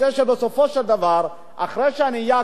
אני רוצה שבסופו של דבר, אחרי שאני אהיה אקדמאי,